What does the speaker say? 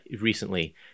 recently